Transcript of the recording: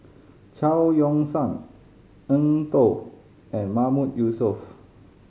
Chao Yoke San Eng Tow and Mahmood Yusof